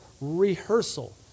rehearsal